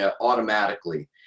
automatically